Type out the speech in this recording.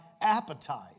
appetite